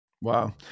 Wow